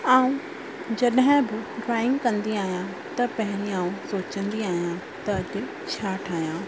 मां जॾहिं बि ड्रॉइंग कंदी आहियां त पहिरीं मां सोचंदी आहियां त की छा ठाहियां